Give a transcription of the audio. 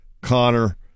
Connor